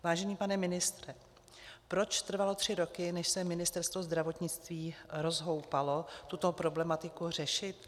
Vážený pane ministře, proč trvalo tři roky, než se Ministerstvo zdravotnictví rozhoupalo tuto problematiku řešit?